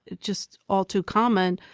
just all too common,